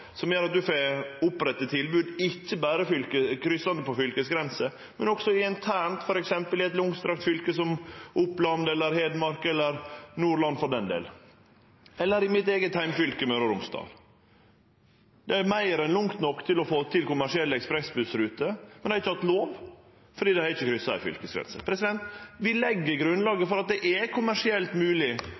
som gjer at ein får oppretta tilbod ikkje berre kryssande på fylkesgrense, men også internt, f.eks. i eit langstrakt fylke som Oppland, Hedmark eller Nordland, for den del – eller i mitt eige heimfylke Møre og Romsdal. Det er meir enn langt nok til å få til kommersielle ekspressbussruter, men dei har ikkje hatt lov fordi dei ikkje har kryssa ei fylkesgrense. Vi legg grunnlaget for at det er kommersielt